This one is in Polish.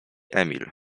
emil